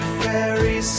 fairy